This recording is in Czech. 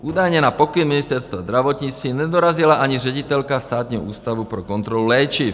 Údajně na pokyn Ministerstva zdravotnictví nedorazila ani ředitelka Státního ústavu pro kontrolu léčiv.